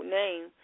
name